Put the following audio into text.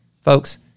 Folks